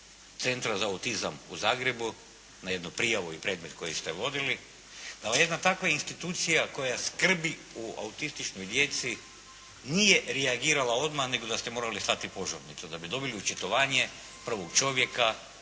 Centra za autizam u Zagrebu na jednu prijavu i predmet koji ste vodili, da li je jedna takva institucija koja skrbi o autističnoj djeci nije reagirala odmah nego da ste morali slati požurnicu da bi dobili očitovanje prvog čovjeka